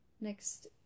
next